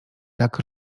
tak